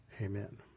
Amen